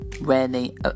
rarely